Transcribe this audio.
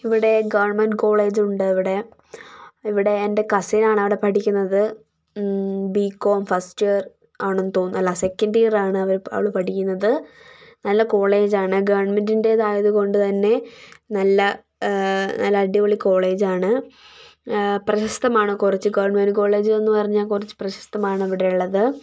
ഇവിടെ government college ഉണ്ട് ഇവിടെ ഇവിടെ എന്റെ കസിൻ ആണ് അവിടെ പഠിക്കുന്നത് ബികോം ഫസ്റ്റ് ഇയർ ആണെന്നു തോന്നുന്നു അല്ല സെക്കൻറ് ഇയർ ആണ് അവർ അവൾ പഠിക്കുന്നത് നല്ല കോളേജ് ആണ് ഗവൺമെന്റിന്റേതായതുകൊണ്ട് തന്നെ നല്ല നല്ല അടിപൊളി കോളേജ് ആണ് പ്രശസ്തമാണ് കുറച്ച് ഗവണ്മെൻറ് കോളേജ് എന്നുപറഞ്ഞാൽ കുറച്ച് പ്രശസ്തമാണ് ഇവിടെ ഉള്ളത്